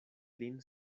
lin